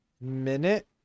minute